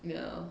ya